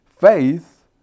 Faith